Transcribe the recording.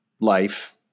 life